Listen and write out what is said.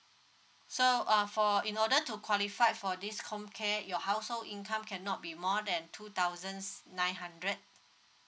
so uh for in order to qualified for this comcare your household income cannot be more than two thousands nine hundred